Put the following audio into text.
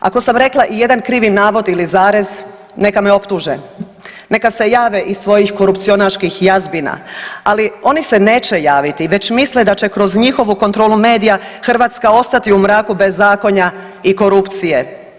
Ako sam rekla ijedan krivi navod ili zarez neka me optuže, neka se jave iz svojih korupcionaških jazbina, ali oni se neće javiti već misle da će kroz njihovu kontrolu medija Hrvatska ostati u mraku bez zakonja i korupcije.